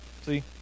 See